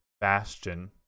Bastion